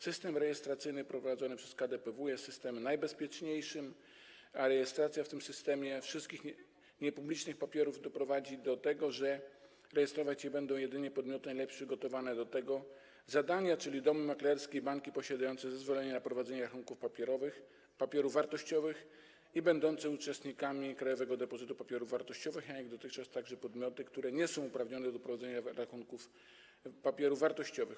System rejestracyjny prowadzony przez KDPW jest systemem najbezpieczniejszym, a rejestracja w tym systemie wszystkich niepublicznych papierów doprowadzi do tego, że rejestrować je będą jedynie podmioty najlepiej przygotowane do tego zadania, czyli domy maklerskie i banki posiadające zezwolenie na prowadzenie rachunków papierów wartościowych i będące uczestnikami Krajowego Depozytu Papierów Wartościowych, a nie, jak dotychczas, także podmioty, które nie są uprawnione do prowadzenia rachunków papierów wartościowych.